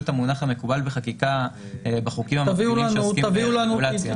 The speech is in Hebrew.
המונח המקובל בחקיקה בחוקים המקבילים שעוסקים ברגולציה.